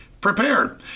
prepared